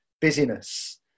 busyness